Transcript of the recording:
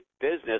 business